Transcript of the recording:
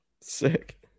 sick